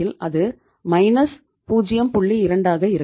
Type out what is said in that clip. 2 இருக்கும்